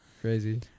Crazy